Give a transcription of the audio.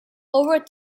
over